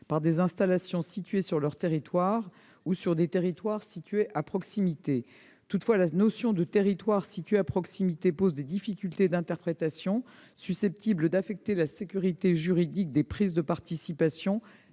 par des installations situées sur leur territoire ou sur des territoires situés à proximité ». Toutefois, la notion de « territoires situés à proximité » pose des difficultés d'interprétation susceptibles d'affecter la sécurité juridique des prises de participation